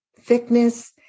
thickness